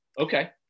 Okay